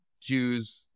Jews